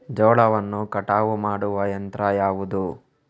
ಜೋಳವನ್ನು ಕಟಾವು ಮಾಡುವ ಯಂತ್ರ ಯಾವುದು?